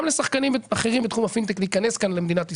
לשחקנים אחרים בתחום הפינטק להיכנס כאן למדינת ישראל.